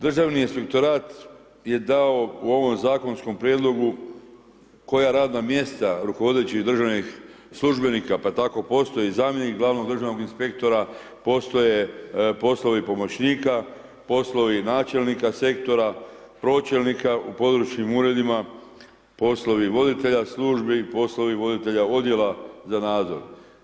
Državni inspektorat je dao u ovom zakonskom prijedlogu koja radna mjesta rukovodećih državnih službenika, pa tako postoji zamjenik glavnog državnog inspektora, postoje poslovi pomoćnika, poslovi načelnika sektora, pročelnika u područnim uredima, poslovi voditelja službi, poslovi voditelja odjela za nadzor.